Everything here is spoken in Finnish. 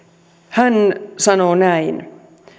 hän sanoo näin